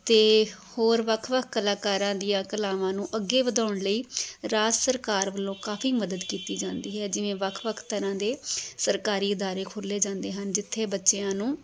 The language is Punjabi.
ਅਤੇ ਹੋਰ ਵੱਖ ਵੱਖ ਕਲਾਕਾਰਾਂ ਦੀਆਂ ਕਲਾਵਾਂ ਨੂੰ ਅੱਗੇ ਵਧਾਉਣ ਲਈ ਰਾਜ ਸਰਕਾਰ ਵੱਲੋਂ ਕਾਫ਼ੀ ਮਦਦ ਕੀਤੀ ਜਾਂਦੀ ਹੈ ਜਿਵੇਂ ਵੱਖ ਵੱਖ ਤਰ੍ਹਾਂ ਦੇ ਸਰਕਾਰੀ ਅਦਾਰੇ ਖੋਲ੍ਹੇ ਜਾਂਦੇ ਹਨ ਜਿੱਥੇ ਬੱਚਿਆਂ ਨੂੰ